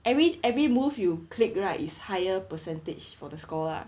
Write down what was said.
every every move you click right is higher percentage for the score lah